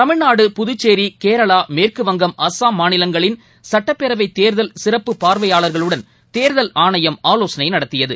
தமிழ்நாடு புதுச்சேரி கேரளா மேற்குவங்கம் அஸ்ஸாம் மாநிலங்களின் சுட்டப்பேரவைத் தேர்தல் சிறப்பு பார்வையாளர்களுடன் தேர்தல் ஆணையம் ஆலோசனைநடத்தியது